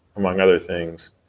among other things,